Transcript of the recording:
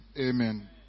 Amen